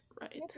right